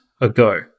ago